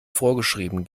vorgeschrieben